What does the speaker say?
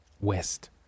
west